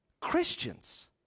Christians